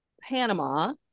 Panama